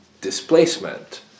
displacement